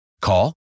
Call